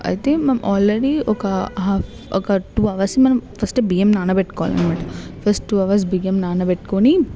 అయితే మనం ఆల్రెడీ ఒక హాఫ్ ఒక టూ అవర్స్ మనం ఫస్ట్ బియ్యం నానబెట్టుకోవాలన్నమాట ఫస్ట్ ఒక టూ అవర్స్ బియ్యం నానబెట్టుకోని